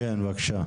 כן, בבקשה.